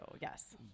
yes